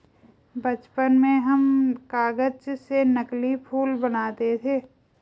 बचपन में हम कागज से नकली फूल बनाते थे